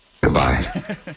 Goodbye